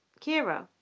Kira